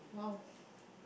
!wow!